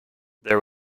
there